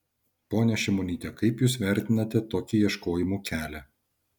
ponia šimonyte kaip jūs vertinate tokį ieškojimų kelią